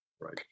Right